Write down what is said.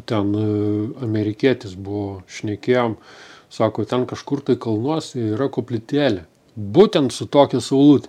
ten amerikietis buvo šnekėjom sako ten kažkur tai kalnuose yra koplytėlė būtent su tokia saulute